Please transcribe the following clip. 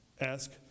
ask